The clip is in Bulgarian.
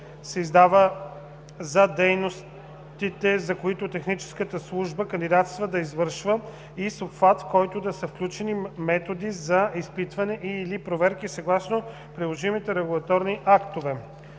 се издава за дейностите, за които техническата служба кандидатства да извършва, и с обхват, в който да са включени методите за изпитване и/или проверки, съгласно приложимите регулаторни актове.“